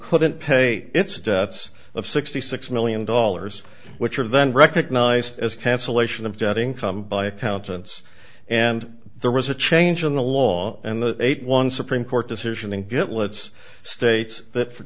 couldn't pay its debts of sixty six million dollars which are then recognized as cancellation of debt income by accountants and there was a change in the law and the eight one supreme court decision in get let's states that for